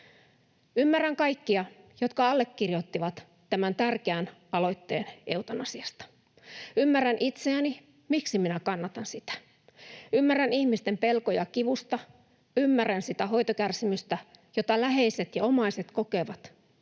Ymmärrän kaikkia, jotka allekirjoittivat tämän tärkeän aloitteen eutanasiasta. Ymmärrän itseäni, miksi minä kannatan sitä. Ymmärrän ihmisten pelkoja kivusta, ymmärrän sitä hoitokärsimystä, jota läheiset ja omaiset kokevat,